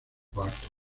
barton